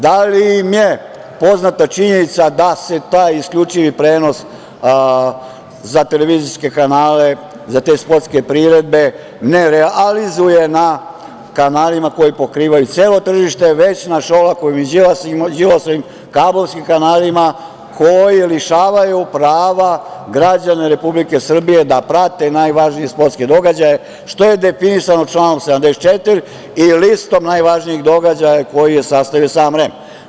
Da li im je poznata činjenica da se taj isključivi prenos za televizijske kanale, za te sportske priredbe ne realizuje na kanalima koji pokrivaju celo tržište, već na Šolakovim i Đilasovim kablovskim kanalima koji lišavaju prava građane Republike Srbije da prate najvažnije sportske događaje, što je definisano članom 74. i listom najvažnijih događaja koje je sastavio sam REM?